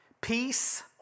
Peace